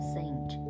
Saint